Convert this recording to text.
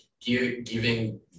giving